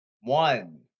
One